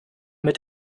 mit